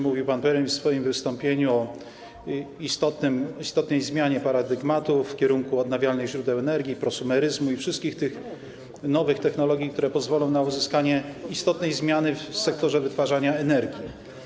Mówił pan premier w swoim wystąpieniu o istotnej zmianie paradygmatów w kierunku odnawialnych źródeł energii, prosumeryzmu i wszystkich tych nowych technologii, które pozwolą na uzyskanie istotnej zmiany w sektorze wytwarzania energii.